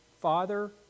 Father